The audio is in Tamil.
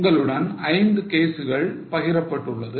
உங்களுடன் ஐந்து கேசுகள் பகிரப்பட்டுள்ளது